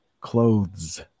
clothes